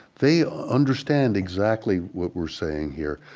they understand exactly what we're saying here.